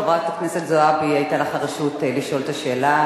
חברת הכנסת זועבי, היתה לך הרשות לשאול את השאלה.